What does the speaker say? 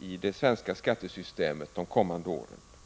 i det svenska skattesystemet under de kommande åren.